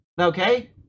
Okay